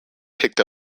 pick